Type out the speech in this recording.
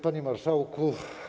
Panie Marszałku!